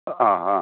ആ ആ